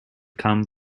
come